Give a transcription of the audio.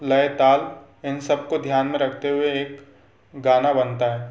लय ताल इन सब को ध्यान में रखते हुए एक गाना बनता है